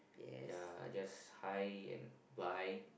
ya I just hi and bye